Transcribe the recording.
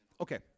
Okay